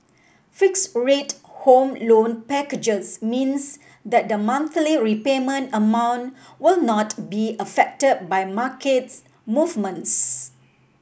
fixed rate Home Loan packages means that the monthly repayment amount will not be affected by market movements